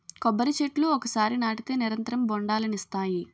కొబ్బరి చెట్లు ఒకసారి నాటితే నిరంతరం బొండాలనిస్తాయి